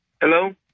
Hello